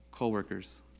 Co-workers